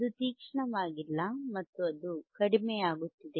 ಇದು ತೀಕ್ಷ್ಣವಾಗಿಲ್ಲ ಮತ್ತು ಅದು ಕಡಿಮೆಯಾಗುತ್ತಿದೆ